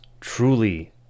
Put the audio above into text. truly